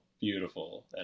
beautiful